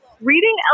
reading